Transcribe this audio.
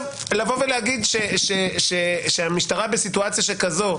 לבוא ולהגיד שהמשטרה בסיטואציה שכזאת,